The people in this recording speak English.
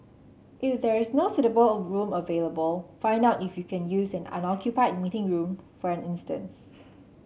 is there is no suitable of room available find out if you can use an unoccupied meeting room for a instance